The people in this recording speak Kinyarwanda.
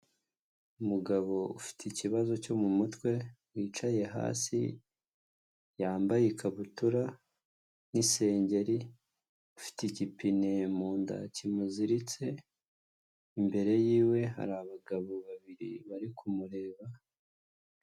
Umugabo ufite ikibazo cyo mu mutwe, wicaye hasi, yambaye ikabutura n'isengeri, ufite igipine mu nda kimuziritse, imbere y'iwe hari abagabo babiri bari kumureba